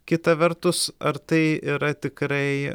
kita vertus ar tai yra tikrai